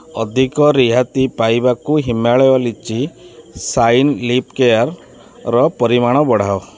ଅଧିକ ରିହାତି ପାଇବାକୁ ହିମାଳୟ ଲିଚି ଶାଇନ୍ ଲିପ୍ କେୟାର୍ର ପରିମାଣ ବଢ଼ାଅ